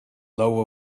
law